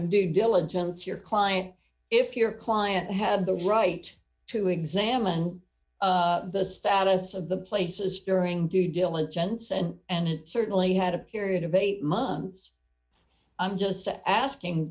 of due diligence your client if your client have the right to examine the status of the places during due diligence and and certainly had a period of eight months i'm just asking